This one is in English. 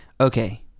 Okay